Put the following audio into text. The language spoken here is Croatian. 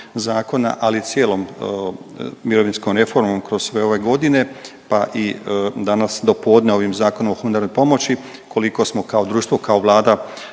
ali i cijelom mirovinskom reformom kroz sve ove godine, pa i danas dopodne ovim Zakonom o humanitarnoj pomoći koliko smo kao društvo, kao vlada